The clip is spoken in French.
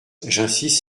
j’insiste